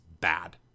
bad